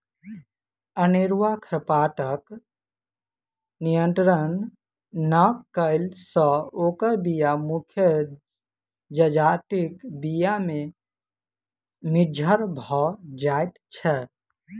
अनेरूआ खरपातक नियंत्रण नै कयला सॅ ओकर बीया मुख्य जजातिक बीया मे मिज्झर भ जाइत छै